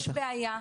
יש בעיה,